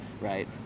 right